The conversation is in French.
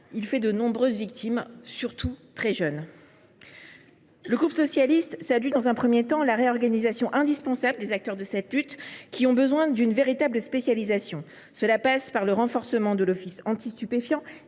faisant de nombreuses victimes, souvent très jeunes. Le groupe Socialiste, Écologiste et Républicain salue d’abord la réorganisation indispensable des acteurs de cette lutte, qui ont besoin d’une véritable spécialisation. Cela passe par le renforcement de l’Office anti stupéfiants